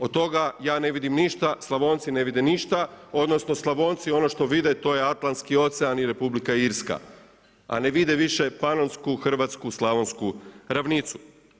Od toga ja ne vidim ništa, Slavonci ne vide ništa, odnosno Slavonci ono što vide to je Atlanski ocean i Republika Irska a ne vide više Panonsku Hrvatsku, Slavonsku ravnicu.